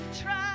try